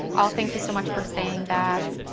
oh, thank you so much for saying that.